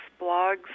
blogs